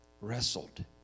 wrestled